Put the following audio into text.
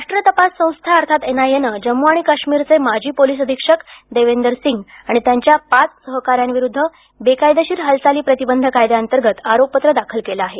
राष्ट्रीय तपास संस्था अर्थात एनआयएनं जम्मू आणि काश्मिरचे माजी पोलीस अधिक्षक देवेंदर सिंग आणि त्यांच्या पाच सहकाऱ्यांविरुध्द बेकायदेशीर हालचाली प्रतिबंध कायद्याअंतर्गत आरोपपत्र दाखल केलं आहे